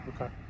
Okay